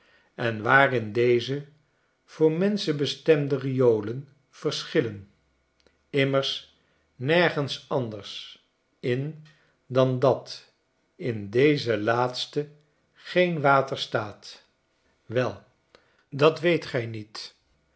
en waarin deze voor menschen bestemde riolen verschillen immers nergens anders in dan dat in deze laatste geen water staat wel dat weet hij niet